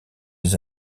les